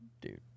Dude